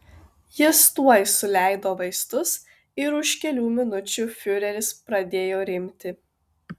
jis tuoj suleido vaistus ir už kelių minučių fiureris pradėjo rimti